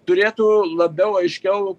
turėtų labiau aiškiau